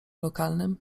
lokalnym